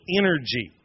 energy